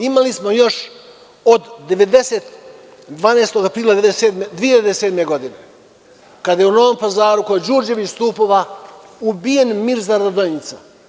Imali smo još od 12. aprila 2007. godine, kada je u Novom Pazaru kod Đurđevih stupova ubijen Mirza Radonjica.